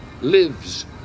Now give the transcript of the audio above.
lives